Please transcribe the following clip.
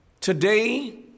Today